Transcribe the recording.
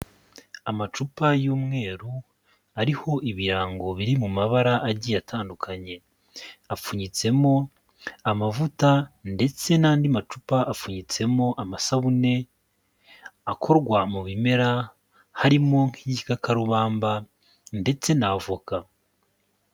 Amacupa y'umweru, ariho ibirango biri mu mabara agiye atandukanye. Apfunyitsemo amavuta ndetse n'andi macupa apfunyitsemo amasabune, akorwa mu bimera, harimo nk'igikakarubamba ndetse na avoka.